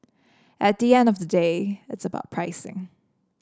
at the end of the day it's about pricing